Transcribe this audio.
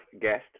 guest